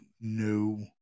no